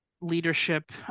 leadership